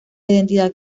identidad